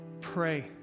pray